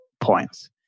points